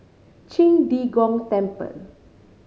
Qing De Gong Temple